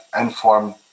inform